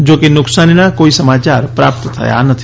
જોકે નુકસાનીના કોઈ સમાચાર પ્રાપ્ત થયા નથી